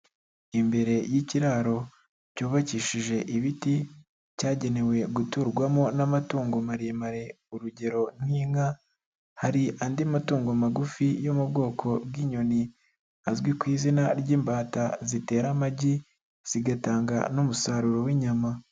Imbere y'ikiraro cyubakishije ibiti, cyagenewe guturwamo n'amatungo maremare, urugero nk'inka, hari andi matungo magufi yo mu bwoko bw'inyoni, azwi ku izina ry'imbata zitera amagi, zigatanga n'umusaruro w'inyama.